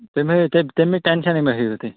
تُہۍ مہٕ ہیٚیِو تَمِچ ٹٮ۪نشَنٕے مہٕ ہیٚیِو تُہۍ